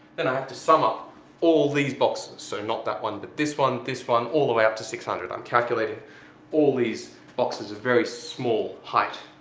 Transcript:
then i have to sum up all these boxes, so not that one, but this one, this one, all the way up to six hundred. i'm calculating all these boxes of very small height.